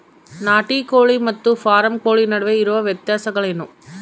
ನಾಟಿ ಕೋಳಿ ಮತ್ತು ಫಾರಂ ಕೋಳಿ ನಡುವೆ ಇರುವ ವ್ಯತ್ಯಾಸಗಳೇನು?